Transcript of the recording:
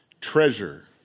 treasure